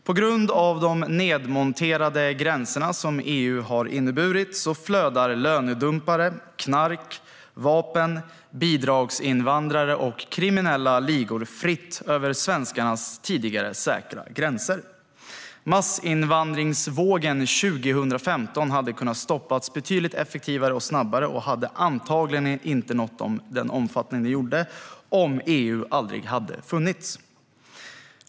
På grund av de nedmonterade gränser EU har inneburit flödar lönedumpare, knark, vapen, bidragsinvandrare och kriminella ligor fritt över svenskarnas tidigare säkra gränser. Massinvandringsvågen 2015 hade kunnat stoppas betydligt effektivare och snabbare och hade antagligen inte nått den omfattning den gjorde om EU aldrig hade funnits.